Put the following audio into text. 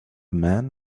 man